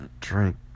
drink